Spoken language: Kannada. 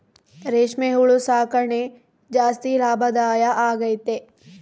ರೇಷ್ಮೆ ಹುಳು ಸಾಕಣೆ ಜಾಸ್ತಿ ಲಾಭದಾಯ ಆಗೈತೆ